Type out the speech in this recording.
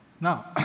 Now